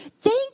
Thank